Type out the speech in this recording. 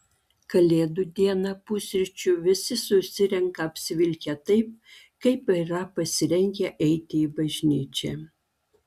kalėdų dieną pusryčių visi susirenka apsivilkę taip kaip yra pasirengę eiti į bažnyčią